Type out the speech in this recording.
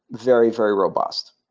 very, very robust.